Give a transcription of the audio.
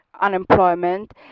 unemployment